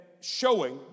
showing